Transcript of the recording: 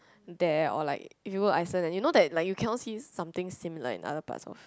there or like if you Iceland and you know that like you cannot see something similar in other parts of